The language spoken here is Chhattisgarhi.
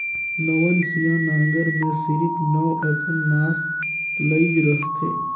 नवनसिया नांगर मे सिरिप नव अकन नास लइग रहथे